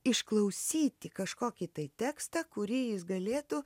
išklausyti kažkokį tai tekstą kurį jis galėtų